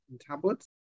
tablets